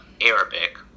Arabic